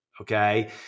Okay